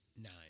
Nine